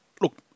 Look